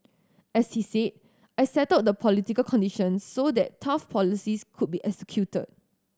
as he said I settled the political conditions so that tough policies could be executed